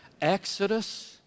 Exodus